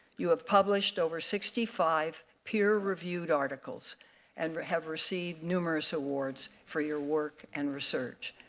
you have published over sixty five peer-reviewed articles and have received numerous awards for your work and research.